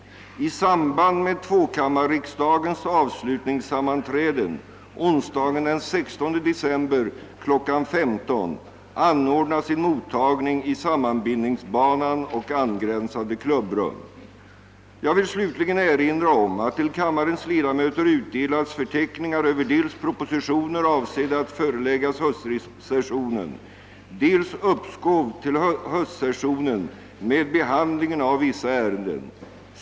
Dessa sammanträden börjar kl. 10.00. Jag vill slutligen erinra om att till kammarens ledamöter utdelats förtecknihgar över dels propositioner avsedda att föreläggas höstsessionen, dels uppskov till höstsessionen med behandlingen av vissa ärenden.